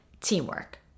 teamwork